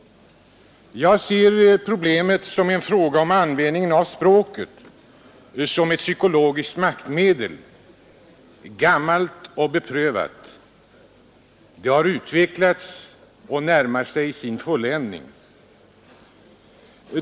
Jag ser problemet som en fråga om användningen av språket som ett psykologiskt maktmedel — gammalt och beprövat. Det har utvecklats och närmar sig sin fulländning.